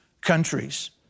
countries